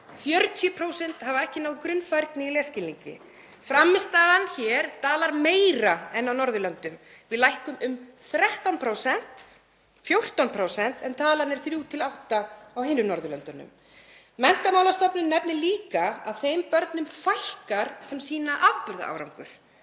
40% hafa ekki náð grunnfærni í lesskilningi. Frammistaðan hér dvalar meira en á Norðurlöndum, við lækkum um 13%, 14%, en talan er 3–8% á hinum Norðurlöndunum. Menntamálastofnun nefnir líka að þeim börnum fækkar sem sýna afburðaárangur.